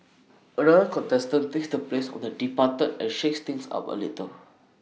another contestant takes the place of the departed and shakes things up A little